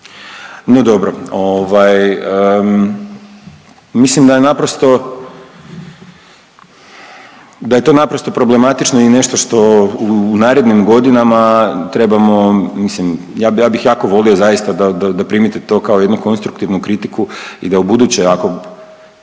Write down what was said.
je naprosto, da je to naprosto problematično i nešto što u narednim godinama trebamo, mislim, ja, ja bih jako volio zaista da, da primite to kao jednu konstruktivnu kritiku i da ubuduće ako,